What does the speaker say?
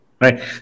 Right